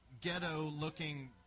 ghetto-looking